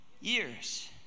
years